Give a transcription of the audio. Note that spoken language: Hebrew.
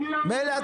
מילא,